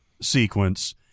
sequence